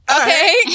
Okay